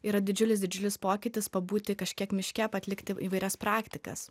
yra didžiulis didžiulis pokytis pabūti kažkiek miške atlikti įvairias praktikas